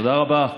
תודה רבה.